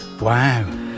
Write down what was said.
Wow